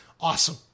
Awesome